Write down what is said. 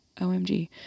OMG